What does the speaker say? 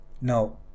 now